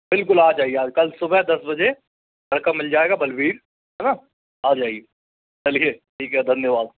बिल्कुल आ जाइए कल सुबह दस बजे लड़का मिल जाएगा बलवीर है ना आ जाइए चलिए ठीक है धन्यवाद